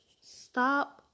Stop